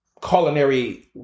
culinary